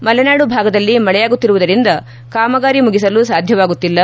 ಮಲೆನಾಡು ಭಾಗದಲ್ಲಿ ಮಳೆಯಾಗುತ್ತಿರುವುದರಿಂದ ಕಾಮಗಾರಿ ಮುಗಿಸಲು ಸಾಧ್ಯವಾಗುತ್ತಿಲ್ಲ